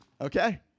okay